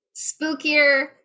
spookier